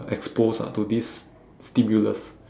exposed ah to this stimulus